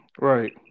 Right